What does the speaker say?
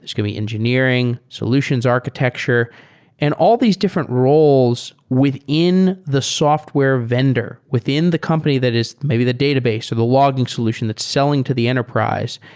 there's going to be engineering, solutions architecture and all these different roles within the software vendor, within the company that is maybe the database, or the logging solution that's selling to the enterprise.